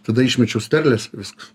tada išmečiau sterles viskas